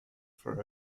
for